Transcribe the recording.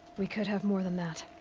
we could have more than that.